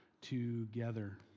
together